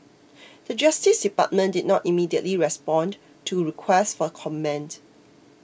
the Justice Department did not immediately respond to request for comment